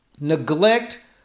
neglect